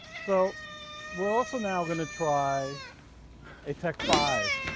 so we're also now going to try a tek five.